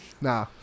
Nah